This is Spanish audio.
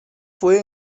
fue